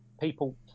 people